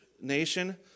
nation